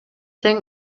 тең